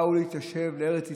שבאו להתיישב בארץ ישראל,